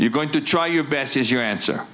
you going to try your best is your answer